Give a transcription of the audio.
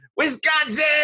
Wisconsin